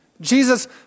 Jesus